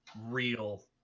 real